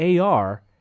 AR